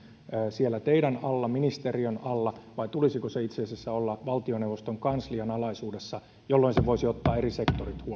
siellä teidän ministeriönne alla vai tulisiko sen itse asiassa olla valtioneuvoston kanslian alaisuudessa jolloin se voisi ottaa eri